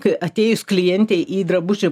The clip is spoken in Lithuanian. kai atėjus klientei į drabužių